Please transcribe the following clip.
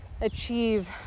achieve